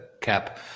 cap